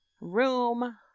room